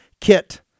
kit